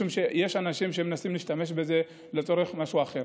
משום שיש אנשים שמנסים להשתמש בזה לצורך משהו אחר.